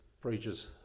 preaches